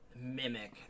mimic